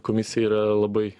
komisijai yra labai